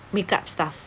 makeup stuff